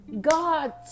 God